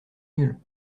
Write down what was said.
nuls